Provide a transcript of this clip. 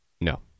No